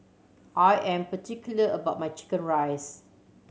I am particular about my chicken rice